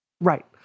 Right